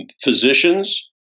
physicians